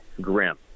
grim